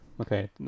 Okay